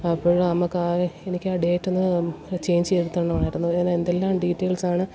അപ്പോൾ നമുക്ക് ആ എനിക്കാ ഡേറ്റൊന്ന് ചെയ്ഞ്ച് ചെയ്ത് തരണമായിരുന്നു അതിന് എന്തെല്ലാം ഡീറ്റെയിൽസാണ്